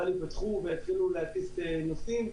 אבל ייפתחו ויתחילו להטיס נוסעים.